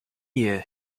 year